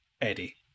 Eddie